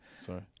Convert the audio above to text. Sorry